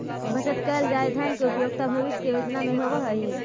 बचत कैल गए धन के उपयोगिता भविष्य के योजना में होवऽ हई